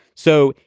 so.